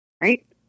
Right